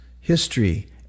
history